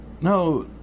no